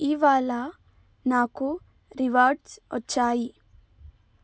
ఇవాళ నాకు రివార్డ్స్ వచ్చాయి